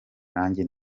nanjye